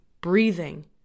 breathing